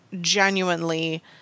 genuinely